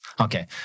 Okay